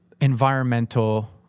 environmental